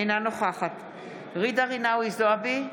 אינה נוכחת ג'ידא רינאוי זועבי,